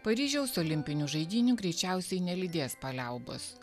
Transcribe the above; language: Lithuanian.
paryžiaus olimpinių žaidynių greičiausiai nelydės paliaubos